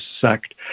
sect